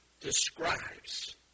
describes